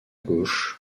gauche